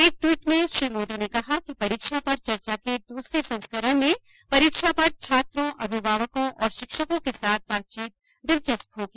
एक ट्वीट में श्री मोदी ने कहा कि परीक्षा पर चर्चा के दूसरे संस्करण में परीक्षा पर छात्रों अभिभावकों और शिक्षकों के साथ बातचीत दिलचस्प होगी